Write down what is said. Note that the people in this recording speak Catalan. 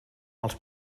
els